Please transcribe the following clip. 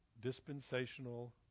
dispensational